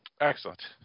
Excellent